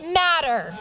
matter